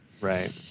Right